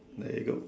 there you go